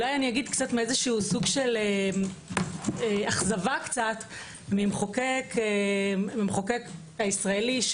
סוג של אכזבה מהמחוקק הישראלי,